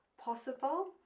possible